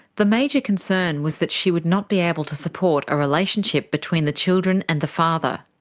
the major concern was that she would not be able to support a relationship between the children and the father.